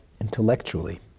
intellectually